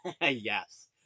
Yes